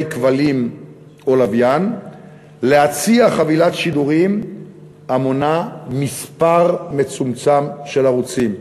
כבלים או לוויין להציע חבילת שידורים המונה מספר מצומצם של ערוצים.